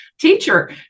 teacher